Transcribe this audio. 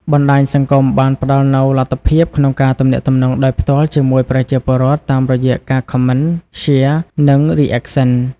បណ្ដាញសង្គមបានផ្ដល់នូវលទ្ធភាពក្នុងការទំនាក់ទំនងដោយផ្ទាល់ជាមួយប្រជាពលរដ្ឋ តាមរយៈការ Comment, Share, និង Reaction។